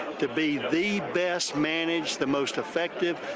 to be the best managed, the most effective,